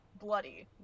bloody